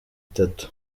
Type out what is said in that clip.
itatu